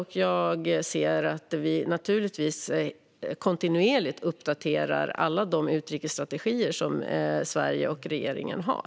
Vi uppdaterar naturligtvis kontinuerligt alla utrikesstrategier som Sverige och regeringen har.